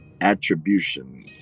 attribution